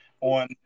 on